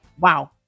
Wow